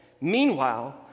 Meanwhile